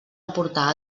aportar